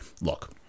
look